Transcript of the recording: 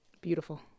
Beautiful